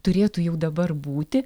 turėtų jau dabar būti